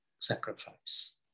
sacrifice